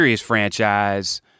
franchise